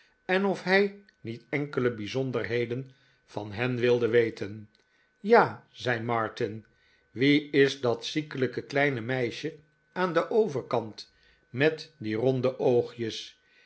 en of hij niet enkele bijzonderheden van hen wilde weten ja zei martin wie is dat ziekelijke kleine meisje aan den overkant met die ronde oogjes